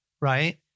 right